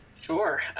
Sure